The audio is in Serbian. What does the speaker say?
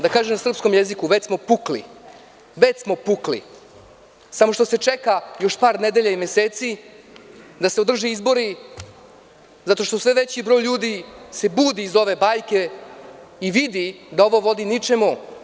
Da kažem na srpskom jeziku – već smo pukli, samo što se čeka još par nedelja ili meseci da se održe izbori zato što sve veći broj ljudi se budi iz ove bajke i vidi da ovo vodi ničemu.